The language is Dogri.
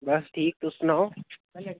बस ठीक तुस सनाओ